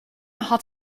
had